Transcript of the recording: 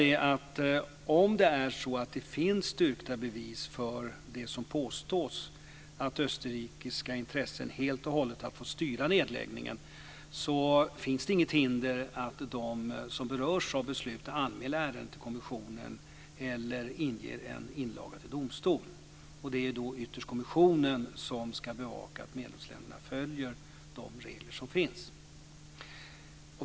Låt mig sedan säga att om det finns styrkta bevis för det som påstås, att österrikiska intressen helt och hållet har fått styra nedläggningen, finns det inget hinder för att de som berörs av beslutet anmäler ärendet till kommissionen eller inger en inlaga till domstol. Det är då ytterst kommissionen som ska bevaka att medlemsländerna följer de regler som finns.